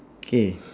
K